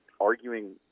arguing